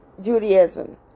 Judaism